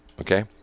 Okay